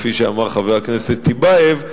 כפי שאמר חבר הכנסת טיבייב,